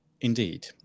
Indeed